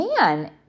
man